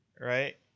Right